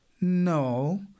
No